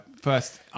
first